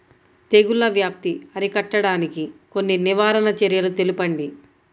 తెగుళ్ల వ్యాప్తి అరికట్టడానికి కొన్ని నివారణ చర్యలు తెలుపండి?